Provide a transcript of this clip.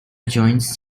joins